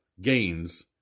gains